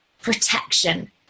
protection